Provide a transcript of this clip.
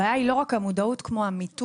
הבעיה היא לא רק המודעות כמו המיתוג.